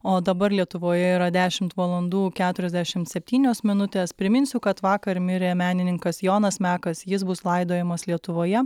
o dabar lietuvoje yra dešimt valandų keturiasdešim septynios minutės priminsiu kad vakar mirė menininkas jonas mekas jis bus laidojamas lietuvoje